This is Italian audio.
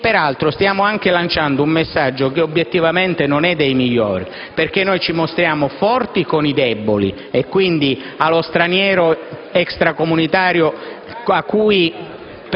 Peraltro, stiamo anche lanciando un messaggio che obiettivamente non è dei migliori, perché ci mostriamo forti con i deboli, e allo straniero extracomunitario la cui